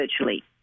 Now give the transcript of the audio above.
virtually